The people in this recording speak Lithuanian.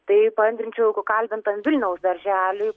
tai paantrinčiau jeigu kalbintam vilniaus darželiui